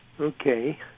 Okay